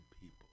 people